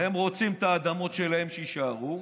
לכן, הם רוצים את האדמות שלהם, שיישארו,